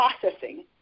processing